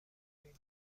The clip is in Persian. برویم